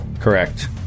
Correct